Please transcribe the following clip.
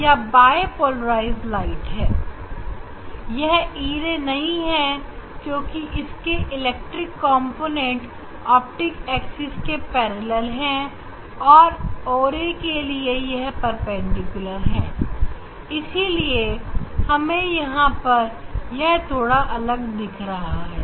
यह e ray bipolarized नहीं है क्योंकि इसके इलेक्ट्रिक कॉम्पोनेंट ऑप्टिक एक्सिस के पैरेलल है और o ray के लिए यह परपेंडिकुलर है इसलिए हमें यहां पर यह थोड़ा अलग दिख रहा है